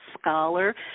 scholar